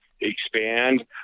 expand